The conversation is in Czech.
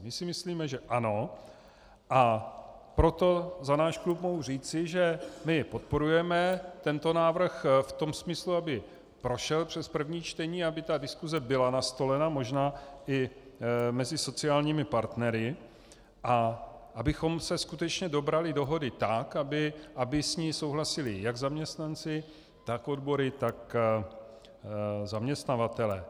My si myslíme, že ano, a proto za náš klub mohu říci, že my podporujeme tento návrh v tom smyslu, aby prošel přes první čtení, aby diskuse byla nastolena možná i mezi sociálními partnery a abychom se skutečně dobrali dohody tak, aby s ní souhlasili jak zaměstnanci, tak odbory, tak zaměstnavatelé.